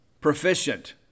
proficient